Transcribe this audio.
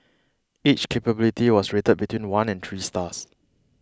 each capability was rated between one and three stars